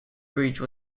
bridge